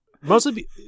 Mostly